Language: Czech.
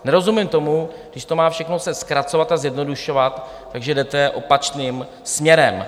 Nerozumím tomu, když se to má všechno zkracovat a zjednodušovat, že jdete opačným směrem.